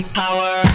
power